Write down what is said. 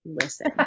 listen